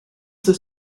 this